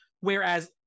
whereas